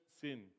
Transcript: sin